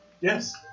Yes